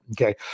okay